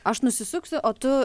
aš nusisuksiu o tu